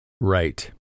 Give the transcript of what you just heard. Right